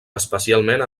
especialment